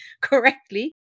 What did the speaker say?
correctly